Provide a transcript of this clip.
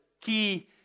key